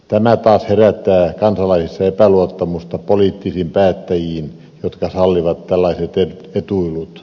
tämä taas herättää kansalaisissa epäluottamusta poliittisiin päättäjiin jotka sallivat tällaiset etuilut